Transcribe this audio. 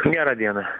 gerą dieną